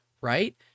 right